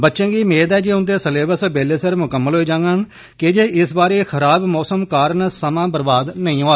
बच्चें गी मेद ऐ जे उंदे स्लेबस बेल्लै सिर मुकम्मल होई जांगन की जे इस बारी खराब मौसम कारण समां बरबाद नेईं होआ